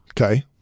Okay